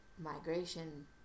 migration